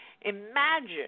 imagine